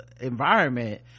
environment